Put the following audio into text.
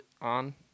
on